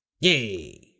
yay